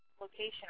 location